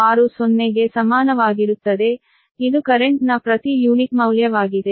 860 ಗೆ ಸಮಾನವಾಗಿರುತ್ತದೆ ಇದು ಕರೆಂಟ್ ನ ಪ್ರತಿ ಯೂನಿಟ್ ಮೌಲ್ಯವಾಗಿದೆ